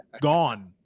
gone